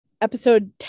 episode